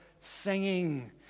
singing